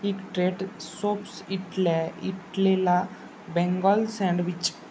इक ट्रेट सोप्स इटल्या इटलेला बेंगॉल सँडविच